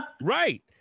right